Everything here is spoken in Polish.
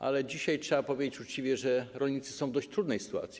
Ale dzisiaj trzeba powiedzieć uczciwie, że rolnicy są w dość trudnej sytuacji.